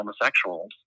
homosexuals